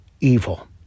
evil